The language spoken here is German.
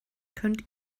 könnt